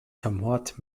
somewhat